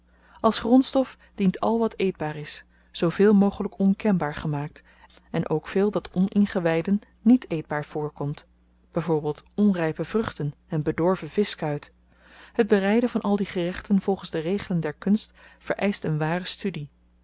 als grondstof dient al wat eetbaar is zooveel mogelyk onkenbaar gemaakt en ook veel dat oningewyden niet eetbaar voorkomt byv onrype vruchten en bedorven vischkuit het bereiden van al die gerechten volgens de regelen der kunst vereischt n ware studie